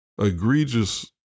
egregious